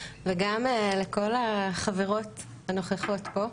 וגם לכל החברות הנוכחות פה,